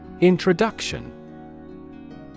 Introduction